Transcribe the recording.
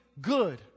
good